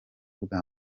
bwa